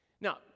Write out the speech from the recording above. Now